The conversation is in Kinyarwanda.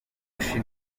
gufata